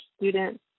students